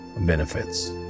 Benefits